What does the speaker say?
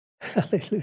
Hallelujah